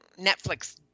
Netflix